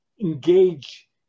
engage